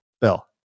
Bill